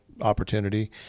opportunity